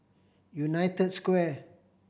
United Square